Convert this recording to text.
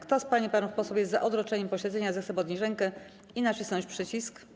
Kto z pań i panów posłów jest za odroczeniem posiedzenia, zechce podnieść rękę i nacisnąć przycisk.